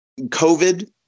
COVID